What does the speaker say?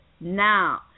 now